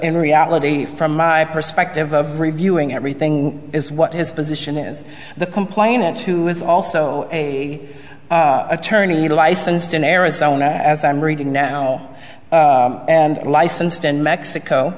in reality from my perspective of reviewing everything is what his position is the complainant who is also a attorney licensed in arizona as i'm reading now and licensed in mexico